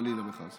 חלילה וחס.